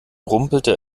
rumpelte